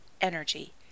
energy